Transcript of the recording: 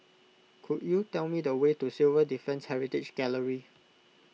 could you tell me the way to Civil Defence Heritage Gallery